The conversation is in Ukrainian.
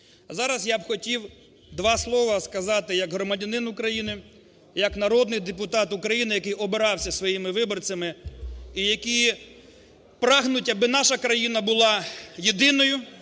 зараз я б хотів два слова сказати як громадянин України, як народний депутат України, який обирався своїми виборцями і які прагнуть, аби наша країна була єдиною,